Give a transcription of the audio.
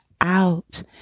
out